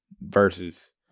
versus